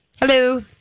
Hello